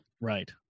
Right